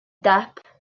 depp